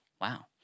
Wow